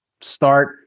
start